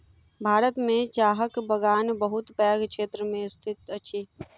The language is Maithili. भारत में चाहक बगान बहुत पैघ क्षेत्र में स्थित अछि